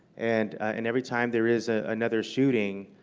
and and every time there is ah another shooting,